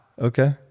Okay